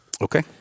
Okay